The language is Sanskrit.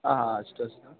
हा अस्तु अस्तु